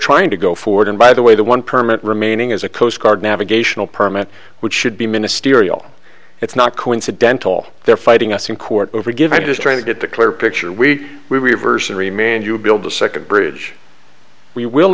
trying to go forward and by the way the one permit remaining as a coastguard navigational permit which should be ministerial it's not coincidental they're fighting us in court over give i'm just trying to get the clear picture and we will reverse and remain you build the second bridge we will